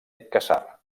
casar